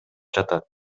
жатат